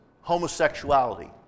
homosexuality